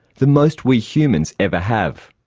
the most we humans ever have.